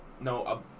No